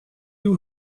you